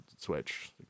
switch